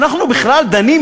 אנחנו בכלל דנים,